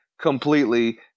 completely